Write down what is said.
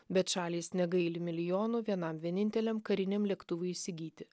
bet šalys negaili milijonų vienam vieninteliam kariniam lėktuvui įsigyti